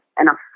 enough